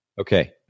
Okay